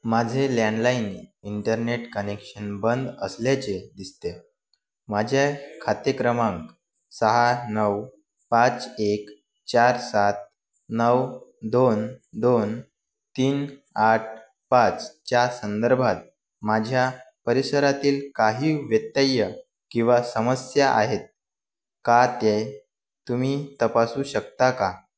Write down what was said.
माझे landline internet connection बंद असल्याचे दिसते माझे खाते क्रमांक सहा नऊ पाच एक चार सात नऊ दोन दोन तीन आठ पाचच्या संदर्भात माझ्या परिसरातील काही व्यत्यय किंवा समस्या आहेत का ते तुम्ही तपासू शकता का